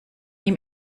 ihm